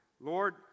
Lord